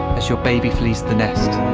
as your baby flees the nest.